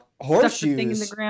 horseshoes